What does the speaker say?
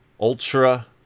Ultra